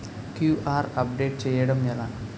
QR update చేయడం ఎలా?